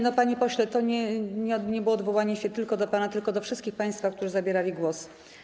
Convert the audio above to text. Nie, panie pośle, to nie było odwołanie się tylko do pana, tylko do wszystkich państwa, którzy zabierali głos.